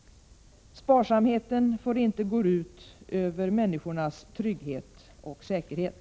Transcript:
Sparsamheten får inte gå ut över människornas trygghet och säkerhet.